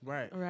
Right